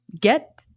get